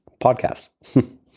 podcast